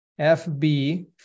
FB